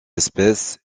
espèce